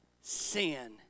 sin